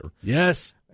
Yes